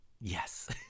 yes